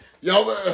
Y'all